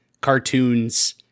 cartoons